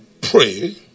pray